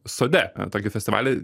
sode tokį festivalį